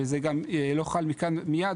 וזה גם לא חל מכאן מיד,